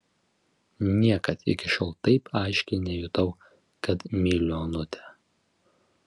niekad iki šiol taip aiškiai nejutau kad myliu onutę